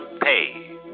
pay